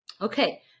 Okay